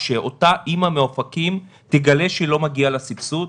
שאותה אם מאופקים תגלה שלא מגיעה לה סבסוד.